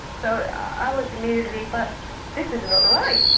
so i was immediately, but this is not right.